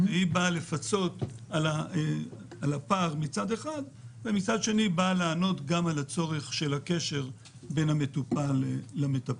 היא באה לפצות על הפער ולענות על הצורך של הקשר בין המטופל למטפל.